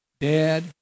dad